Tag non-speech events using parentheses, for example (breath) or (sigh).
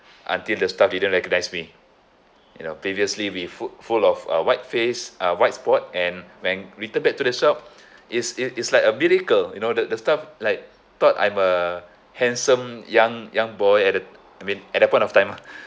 until the staff they don't recognise me you know previously with full full of uh white face uh white spot and when return back to the shop is it is like a miracle you know that the staff like thought I'm a handsome young young boy at the I mean at that point of time ah (breath)